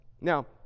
Now